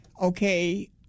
okay